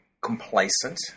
complacent